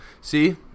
See